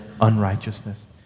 unrighteousness